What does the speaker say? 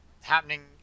happening